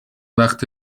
وقت